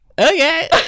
Okay